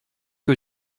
que